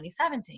2017